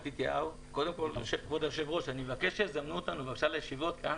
קודם כל אני מבקש שיזמנו אותנו לישיבות כי אנחנו